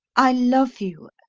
i love you,